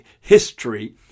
history